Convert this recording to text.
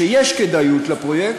כשיש כדאיות לפרויקט,